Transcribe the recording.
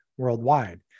Worldwide